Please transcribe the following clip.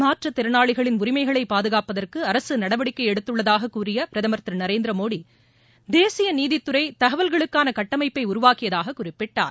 மாற்றுத் திறனாளிகளின் உரிமைகளை பாதுகாப்பதற்கு அரசு நடவடிக்கை எடுத்துள்ளதாகக் கூறிய பிரதமர் திரு நரேந்திர மோடி தேசிய நீதித்துறை தகவல்களுக்கான கட்டமைப்பை உருவாக்கியதாகக் குறிப்பிட்டார்